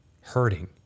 hurting